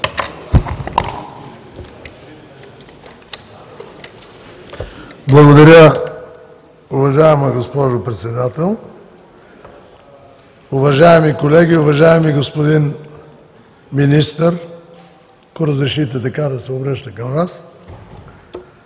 Благодаря, уважаема госпожо Председател. Уважаеми колеги! Уважаеми господин Министър, ако разрешите така да се обръщам към Вас.